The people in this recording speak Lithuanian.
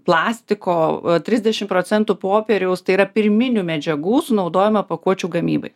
plastiko trisdešimt procentų popieriaus tai yra pirminių medžiagų sunaudojama pakuočių gamybai